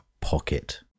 pocket